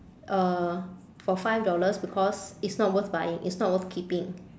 uh for five dollars because it's not worth buying it's not worth keeping